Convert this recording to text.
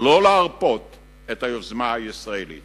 להרפות את היוזמה הישראלית